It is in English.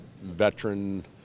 veteran